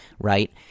right